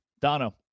Dono